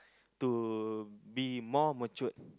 to be more matured